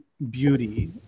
beauty